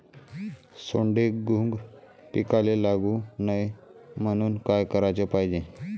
सोंडे, घुंग पिकाले लागू नये म्हनून का कराच पायजे?